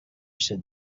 said